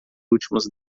últimos